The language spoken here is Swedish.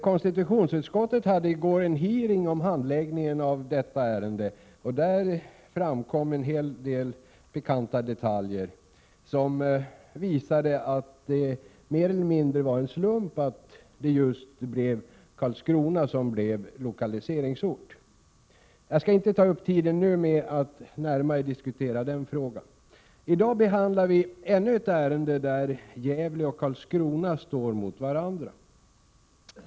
Konstitutionsutskottet hade i går en hearing om handläggningen av detta ärende. Där framkom en hel del pikanta detaljer som visar att det mer eller mindre var en slump att just Karlskrona blev lokaliseringsort. Men jag skall inte nu ta upp tiden med att närmare diskutera den frågan. I dag behandlar vi ännu ett ärende där Gävle och Karlskrona står mot varandra.